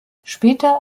später